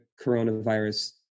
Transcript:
coronavirus